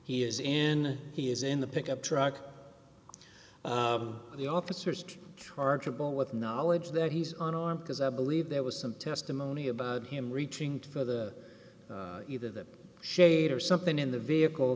he is in he is in the pickup truck the officers chargeable with knowledge that he's on arm because i believe there was some testimony about him reaching for the either the shade or something in the vehicle